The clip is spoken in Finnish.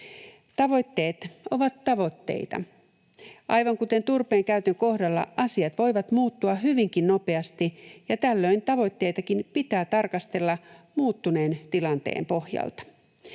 Tavoitteet ovat tavoitteita. Aivan kuten turpeen käytön kohdalla, asiat voivat muuttua hyvinkin nopeasti, ja tällöin tavoitteitakin pitää tarkastella muuttuneen tilanteen pohjalta.